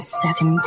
seven